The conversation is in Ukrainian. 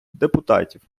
депутатів